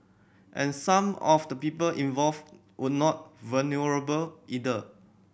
and some of the people involved would not vulnerable either